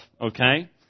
okay